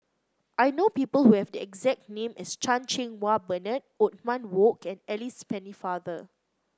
I know people who have the exact name as Chan Cheng Wah Bernard Othman Wok and Alice Pennefather